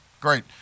great